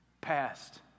past